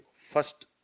first